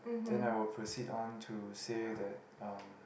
then I will proceed on to say that um